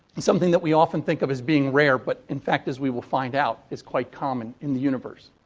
something that we often think of as being rare, but, in fact, as we will find out, is quite common in the universe.